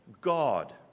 God